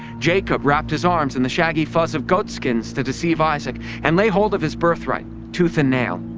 jacob wrapped his arms in the shaggy fuzz of goat skins to deceive isaac and lay hold of his birthright, tooth and nail.